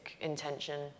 intention